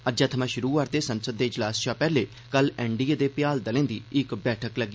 अज्जै थमां शुरु होआ'रदे संसद दे अजलास शा पैह्ले कल एनडीए दे भ्याल दलें दी इक मीटिंग लग्गी